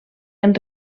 han